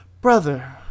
Brother